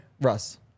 Russ